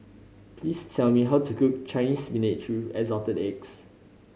please tell me how to cook Chinese Spinach with Assorted Eggs